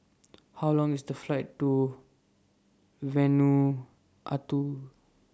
How Long IS The Flight to Vanuatu